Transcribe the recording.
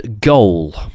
goal